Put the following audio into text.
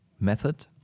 method